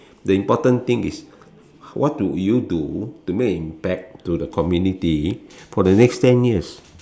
the important thing is what do you do to make an impact on the community for the next ten years